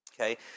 Okay